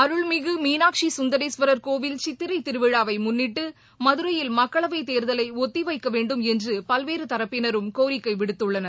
அருள்மிகு மீனாட்சி குந்தரேஸ்வரர் கோவில் சித்திரை திருவிழாவை முன்னிட்டு மதுரையில் மக்களவை தேர்தலை ஒத்திவைக்க வேண்டும் என்று பல்வேறு தரப்பினரும் கோரிக்கை விடுத்துள்ளனர்